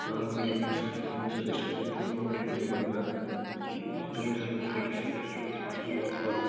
मैले मेरो साथीलाई पनि सजेस्ट गरेको थिएँ वहाँबाट किन्नु भनेर एकदमै राम्रो थियो त्यो टिसर्ट अस्तिको हप्ता